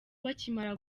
bakimara